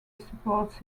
supports